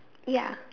ya